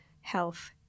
health